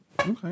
Okay